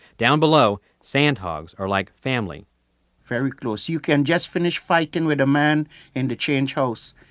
down below sandhogs are like family very close. you can just finish fighting with a man in the change house.